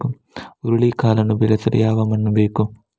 ಹುರುಳಿಕಾಳನ್ನು ಬೆಳೆಸಲು ಯಾವ ಮಣ್ಣು ಬೇಕು?